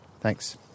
Thanks